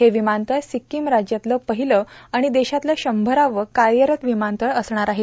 हे विमानतळ सिक्कीम राज्यातलं पहिलं आणि देशातलं शंभरावं कार्यरत विमानतळ असणार आहे